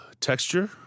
texture